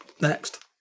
Next